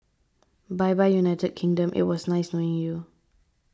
bye bye United Kingdom it was nice knowing you